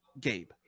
Gabe